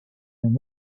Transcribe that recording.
and